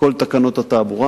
כל תקנות התעבורה